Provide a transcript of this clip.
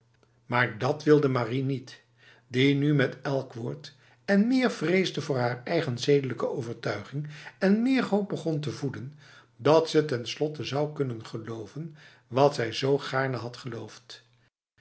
maar dat wilde marie niet die nu met elk woord én meer vreesde voor haar eigen zedelijke overtuiging én meer hoop begon te voeden dat ze ten slotte zou kunnen geloven wat zij zo gaarne had geloofd